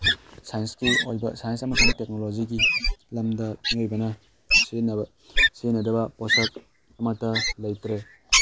ꯁꯥꯏꯟꯁꯀꯤ ꯑꯣꯏꯕ ꯁꯥꯏꯟꯁ ꯑꯃꯁꯨꯡ ꯇꯦꯛꯅꯣꯂꯣꯖꯤꯒꯤ ꯂꯝꯗ ꯃꯤꯑꯣꯏꯕꯅ ꯁꯤꯖꯤꯟꯅꯕ ꯁꯤꯖꯤꯟꯅꯗꯕ ꯄꯣꯠꯁꯛ ꯑꯃꯠꯇ ꯂꯩꯇ꯭ꯔꯦ